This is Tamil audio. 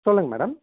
சொல்லுங்க மேடம்